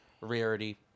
rarity